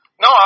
No